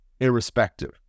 irrespective